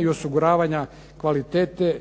i osiguravanja kvalitete